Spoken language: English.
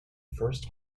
first